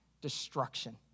destruction